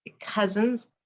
cousins